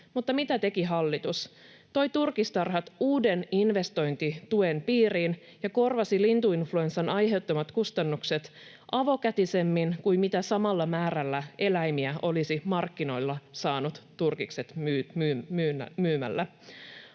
mutta mitä teki hallitus? Toi turkistarhat uuden investointituen piiriin ja korvasi lintuinfluenssan aiheuttamat kustannukset avokätisemmin kuin mitä samalla määrällä eläimiä olisi markkinoilla saanut turkikset myymällä.